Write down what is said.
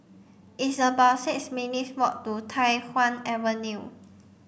it's about six minutes' walk to Tai Hwan Avenue